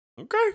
Okay